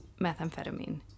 methamphetamine